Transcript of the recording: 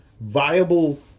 viable